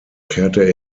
kehrte